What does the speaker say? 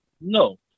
no